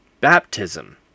baptism